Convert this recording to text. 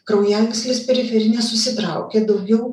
kraujagyslės periferinės susitraukia daugiau